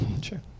Sure